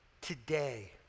Today